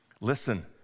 Listen